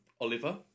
Oliver